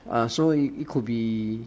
uh so it could be